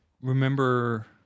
remember